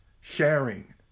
sharing